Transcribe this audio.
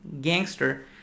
gangster